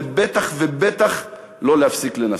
ובטח לא להפסיק לנסות.